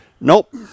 Nope